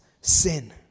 sin